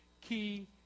key